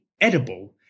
edible